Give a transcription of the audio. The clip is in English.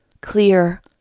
clear